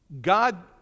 God